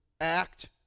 act